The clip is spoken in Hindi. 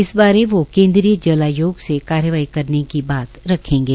इस बारे वो केन्द्रीय जल आयोग से कार्यवाही करने की बात रखेंगे